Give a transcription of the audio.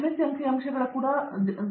SC ಅಂಕಿಅಂಶಗಳ ಜನರು ಕೂಡ ಬರುತ್ತಾರೆ